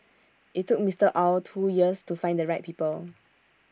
IT took Mister Ow two years to find the right people